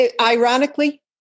ironically